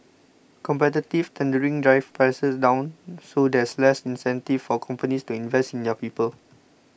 competitive tendering drives prices down so there's less incentive for companies to invest in their people